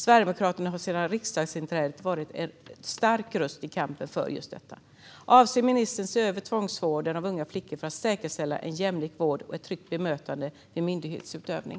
Sverigedemokraterna har sedan de kom in i riksdagen varit en stark röst i kampen för just detta. Avser ministern att se över tvångsvården av unga flickor för att säkerställa en jämlik vård och ett tryggt bemötande vid myndighetsutövning?